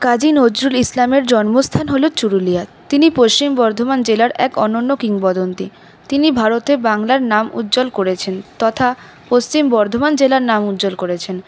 কাজী নজরুল ইসলামের জন্মস্থান হল চুরুলিয়া তিনি পশ্চিম বর্ধমান জেলার এক অনন্য কিংবদন্তি তিনি ভারতে বংলার নাম উজ্জ্বল করেছেন তথা পশ্চিম বর্ধমান জেলার নাম উজ্জ্বল করেছেন